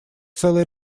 целый